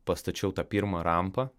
pastačiau tą pirmą rampą